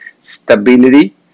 stability